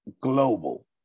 global